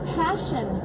passion